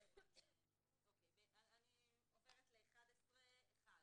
אני עוברת לסעיף 11(1)